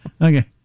Okay